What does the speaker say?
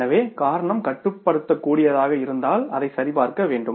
எனவே காரணம் கட்டுப்படுத்தக்கூடியதாக இருந்தால் அதைச் சரிபார்க்க வேண்டும்